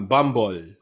Bumble